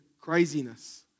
craziness